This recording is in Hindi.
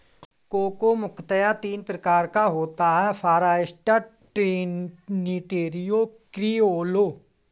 कोको मुख्यतः तीन प्रकार का होता है फारास्टर, ट्रिनिटेरियो, क्रिओलो